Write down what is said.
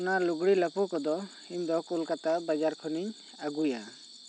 ᱚᱱᱟ ᱞᱩᱜᱽᱲᱤ ᱞᱟᱯᱚ ᱠᱚ ᱫᱚ ᱤᱧ ᱠᱳᱞᱠᱟᱛᱟ ᱵᱟᱡᱟᱨ ᱠᱷᱚᱱᱤᱧ ᱟᱹᱜᱩᱭᱟ